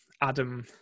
Adam